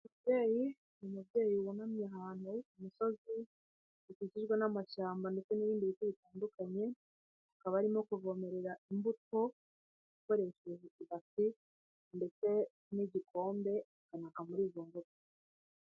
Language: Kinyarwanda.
Umubyeyi umubyeyi wunamye ahantu ku musozi ukikijwe n'amashyamba ndetse n'ibindi bice bitandukanye, akaba arimo kuvomerera imbuto akoresheje ibasi ndetse n'igikombe asuka muri izo mboga.